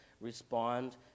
respond